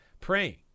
praying